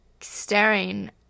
staring